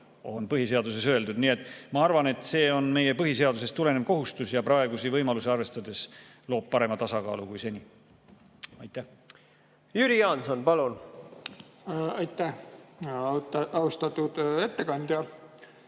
on põhiseaduses öeldud. Nii et ma arvan, et see on meie põhiseadusest tulenev kohustus ja praegusi võimalusi arvestades loob parema tasakaalu kui seni. Jüri Jaanson, palun! Jüri Jaanson, palun! Aitäh! Austatud ettekandja!